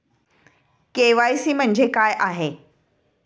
KYC म्हणजे काय आहे?